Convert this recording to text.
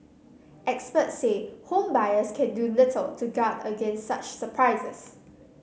experts say home buyers can do little to guard against such surprises